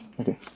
Okay